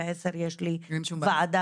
יש פה משהו